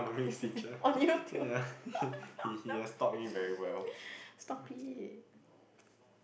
on YouTube stop it